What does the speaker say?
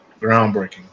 groundbreaking